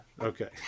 Okay